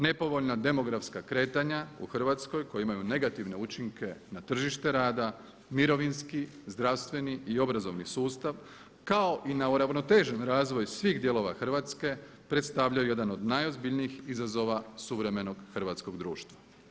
Nepovoljna demografska kretanja u Hrvatskoj koja imaju negativne učinke na tržište rada, mirovinski, zdravstveni i obrazovni sustav kao i na uravnotežen razvoj svih dijelova Hrvatske predstavljaju jedan od najozbiljnijih izazova suvremenog hrvatskog društva.